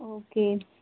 okay